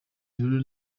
rero